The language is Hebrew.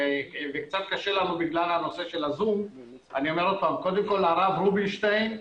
קודם כל הרב רובינשטיין,